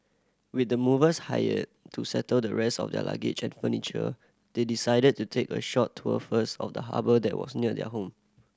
with the movers hired to settle the rest of their luggage and furniture they decided to take a short tour first of the harbour that was near their home